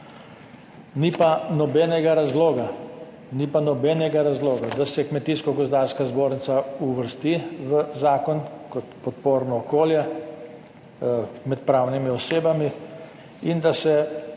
ni pa nobenega razloga, da se Kmetijsko gozdarska zbornica uvrsti v zakon kot podporno okolje med pravnimi osebami in da se